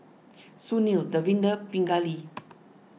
Sunil Davinder Pingali